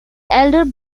elder